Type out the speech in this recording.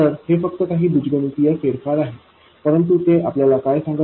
तर हे फक्त काही बीजगणितीय फेरफार आहे परंतु ते आपल्याला काय सांगते